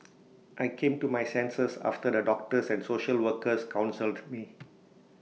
I came to my senses after the doctors and social workers counselled me